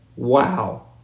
Wow